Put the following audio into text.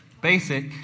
Basic